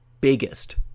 biggest